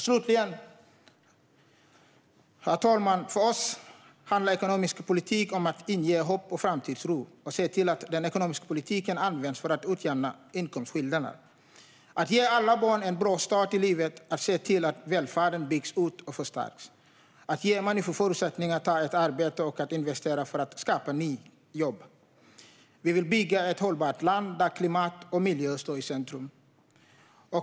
Slutligen, herr talman: För oss handlar ekonomisk politik om att inge hopp och framtidstro, om att se till att den ekonomiska politiken används för att utjämna inkomstskillnader, om att ge alla barn en bra start i livet, om att se till att välfärden byggs ut och förstärks, om att ge människor förutsättningar att ta ett arbete och om att investera för att skapa nya jobb. Vi vill bygga ett hållbart land där klimat och miljö står i centrum.